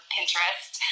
Pinterest